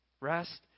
Rest